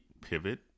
pivot